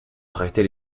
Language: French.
arrêter